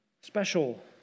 special